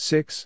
Six